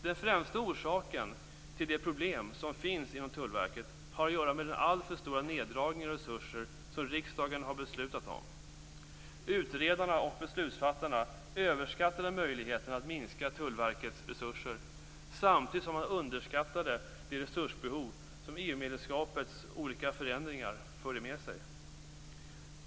Den främsta orsaken till de problem som finns inom Tullverket har att göra med den alltför stora neddragningen av resurser som riksdagen har beslutat om. Utredarna och beslutsfattarna överskattade möjligheten att minska Tullverkets resurser samtidigt som man underskattade de resursbehov som EU medlemskapets olika förändringar förde med sig.